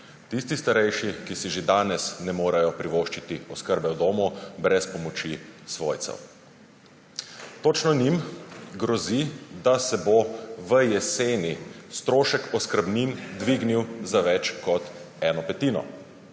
Tisti starejši, ki si že danes ne morejo privoščiti oskrbe v domu brez pomoči svojcev. Točno njim grozi, da se bo v jeseni strošek oskrbnin dvignil za več kot eno petino